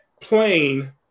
plane